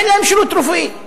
אין להם שירות רפואי.